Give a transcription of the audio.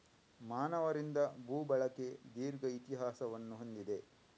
ಮಾನವರಿಂದ ಭೂ ಬಳಕೆ ದೀರ್ಘ ಇತಿಹಾಸವನ್ನು ಹೊಂದಿದೆ